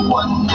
one